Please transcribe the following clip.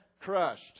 crushed